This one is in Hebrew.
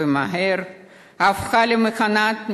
ומהר הפכה למכונת מלחמה,